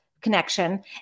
connection